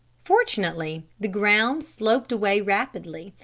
fortunately the ground sloped away rapidly,